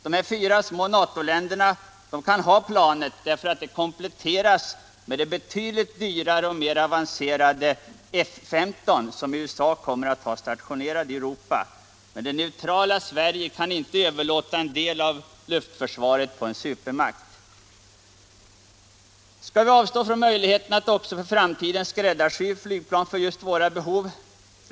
De här fyra små NATO-länderna kan ha planet därför att det kompletteras med det betydligt dyrare och mer avancerade F 15, som USA kommer att ha stationerat i Europa. Men det neutrala Sverige kan inte överlåta en del av luftförsvaret på en supermakt. Skall vi avstå från möjligheten att också för framtiden skräddarsy flygplan för just våra behov?